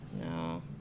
No